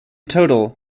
total